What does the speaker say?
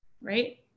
right